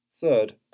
Third